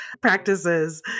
practices